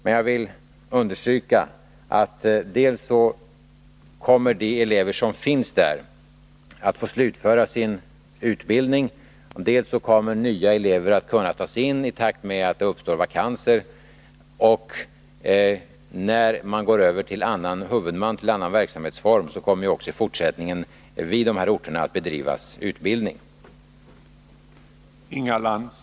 Men jag vill understryka att dels kommer de elever som finns där att få slutföra sin utbildning, dels kommer nya elever att kunna tas in i takt med att det uppstår vakanser. När man går över till annan huvudman och annan verksamhetsform, kommer det också i fortsättningen att ges utbildning på de här orterna.